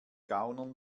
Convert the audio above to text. gaunern